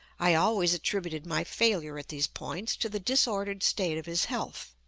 i always attributed my failure at these points to the disordered state of his health.